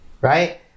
Right